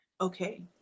Okay